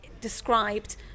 described